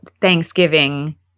Thanksgiving